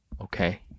Okay